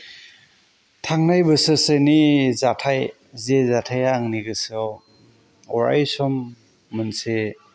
थांनाय बोसोरसेनि जाथाय जे जाथाया आंनि गोसोआव अराय सम मोनसे